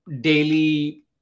daily